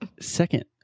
Second